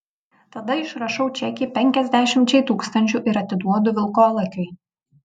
tada išrašau čekį penkiasdešimčiai tūkstančių ir atiduodu vilkolakiui